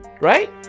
Right